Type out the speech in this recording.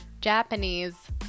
Japanese